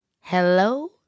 Hello